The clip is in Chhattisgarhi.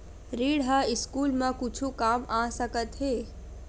ऋण ह स्कूल मा कुछु काम आ सकत हे?